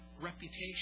reputation